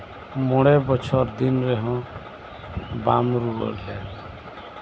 ᱢᱚᱬᱮ ᱵᱚᱪᱷᱚᱨ ᱫᱤᱱ ᱨᱮᱦᱚᱸ ᱵᱟᱢ ᱨᱩᱣᱟᱹᱲ ᱞᱮᱱ